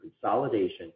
consolidation